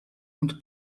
und